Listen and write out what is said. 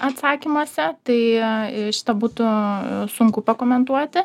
atsakymuose tai šitą būtų sunku pakomentuoti